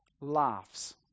laughs